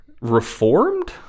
reformed